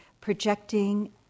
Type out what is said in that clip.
projecting